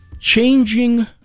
changing